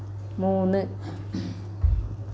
മൂന്ന്